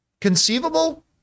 Conceivable